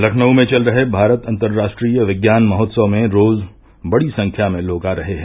लखनऊ में चल रहे भारत अंतर्राष्ट्रीय विज्ञान महोत्सव में रोज बड़ी संख्या में लोग आ रहे है